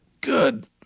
Good